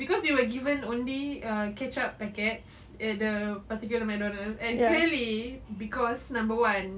cause we were given only ah ketchup packet at the particular McDonald's and clearly cause number one